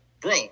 Bro